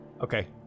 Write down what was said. Okay